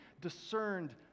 discerned